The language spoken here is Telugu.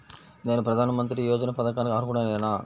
నేను ప్రధాని మంత్రి యోజన పథకానికి అర్హుడ నేన?